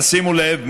תשימו לב,